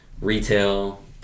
retail